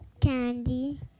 candy